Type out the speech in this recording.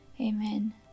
Amen